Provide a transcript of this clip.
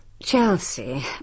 Chelsea